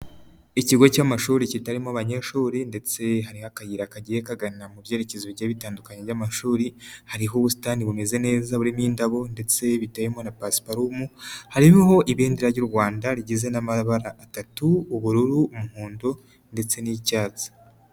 Ikigo cy'amashuri kitarimo abanyeshuri ndetse hari akayira kagiye kaganira mu byerekezo bigiye bitandukanye by'amashuri, hariho ubusitani bumeze neza burimo indabo ndetse bitewemo na pasiparumu hariho ibendera ry'u Rwanda rigizwe n'amabara atatu, ubururu, umuhondo, ndetse n'icyatsi.